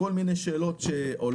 אלה כל מיני שאלות שעולות.